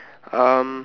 um